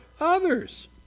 others